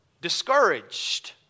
discouraged